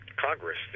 Congress